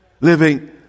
living